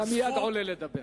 אתה מייד עולה לדבר.